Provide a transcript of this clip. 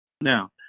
now